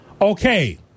Okay